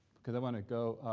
cause i want to go